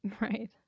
Right